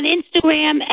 Instagram